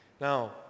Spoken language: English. Now